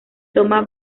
toma